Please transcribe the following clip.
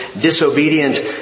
disobedient